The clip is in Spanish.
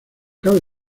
cabe